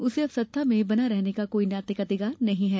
उसे अब सत्ता में बना रहने का कोई नैतिक अधिकार नहीं है